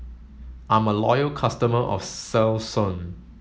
I'm a loyal customer of Selsun